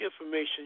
information